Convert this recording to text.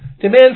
Demand